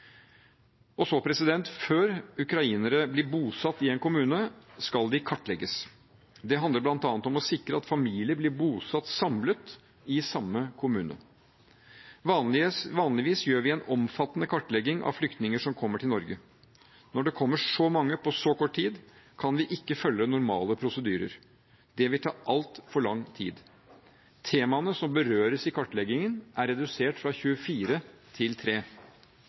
Før ukrainere blir bosatt i en kommune, skal de kartlegges. Det handler bl.a. om å sikre at familier blir bosatt samlet, i samme kommune. Vanligvis gjør vi en omfattende kartlegging av flyktninger som kommer til Norge. Når det kommer så mange på så kort tid, kan vi ikke følge normale prosedyrer. Det vil ta altfor lang tid. Temaene som berøres i kartleggingen, er redusert fra 24 til